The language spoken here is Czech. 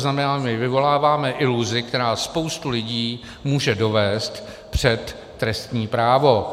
To znamená, vyvoláváme iluzi, která spoustu lidí může dovést před trestní právo.